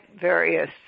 various